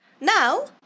Now